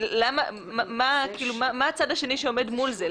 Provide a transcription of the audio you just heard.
מה הצד השני שעומד מול זה?